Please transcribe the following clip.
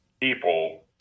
people